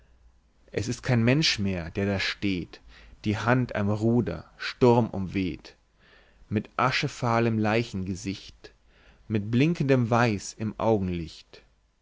es ist kein mensch mehr der da steht die hand am ruder sturmumweht mit aschefahlem leichengesicht mit blinkendem weiß im